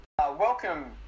Welcome